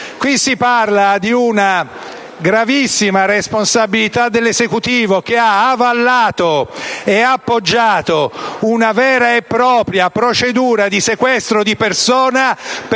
Qui si parla di una gravissima responsabilità dell'Esecutivo, che ha avallato e appoggiato una vera e propria procedura di sequestro di persona per